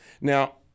Now